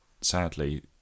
sadly